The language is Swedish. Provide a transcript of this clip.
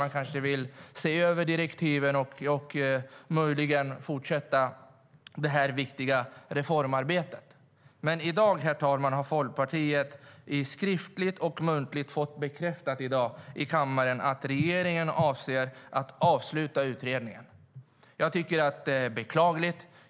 Man kanske vill se över direktiven och möjligen fortsätta det viktiga reformarbetet. Men i dag har Folkpartiet skriftligt och muntligt här i kammaren fått bekräftat att regeringen avser att avsluta utredningen. Jag tycker att det är beklagligt.